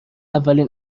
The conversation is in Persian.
اولین